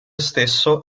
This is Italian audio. stesso